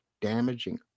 damaging